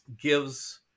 gives